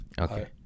Okay